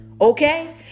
okay